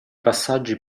passaggi